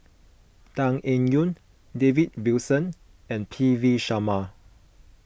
Tan Eng Yoon David Wilson and P V Sharma